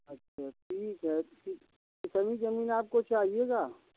अच्छा ठीक है कित कितनी ज़मीन आपको चाहिएगा